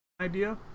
idea